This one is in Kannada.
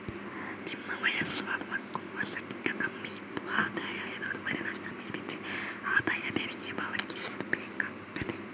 ನಿಮ್ಮ ವಯಸ್ಸು ಅರುವತ್ತು ವರ್ಷಕ್ಕಿಂತ ಕಮ್ಮಿ ಇದ್ದು ಆದಾಯ ಎರಡೂವರೆ ಲಕ್ಷ ಮೀರಿದ್ರೆ ಆದಾಯ ತೆರಿಗೆ ಪಾವತಿಸ್ಬೇಕಾಗ್ತದೆ